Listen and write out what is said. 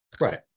Right